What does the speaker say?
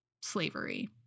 slavery